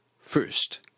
First